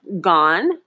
gone